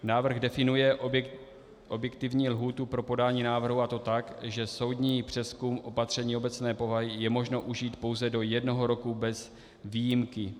Návrh definuje objektivní lhůtu pro podání návrhu, a to tak, že soudní přezkum opatření obecné povahy je možno užít pouze do jednoho roku bez výjimky.